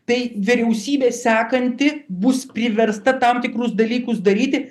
tai vyriausybė sekanti bus priversta tam tikrus dalykus daryti